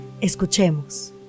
Escuchemos